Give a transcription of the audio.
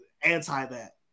anti-that